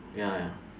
ya ya